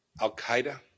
Al-Qaeda